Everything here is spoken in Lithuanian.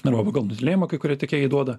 arba pagal nutylėjimą kai kurie tiekėjai duoda